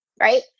Right